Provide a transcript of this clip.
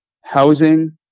housing